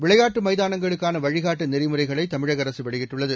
விளையாட்டு மைதானங்களுக்கான வழிகாட்டு நெறிமுறைகளை தமிழக அரசு வெளியிட்டுள்ளது